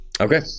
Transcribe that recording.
Okay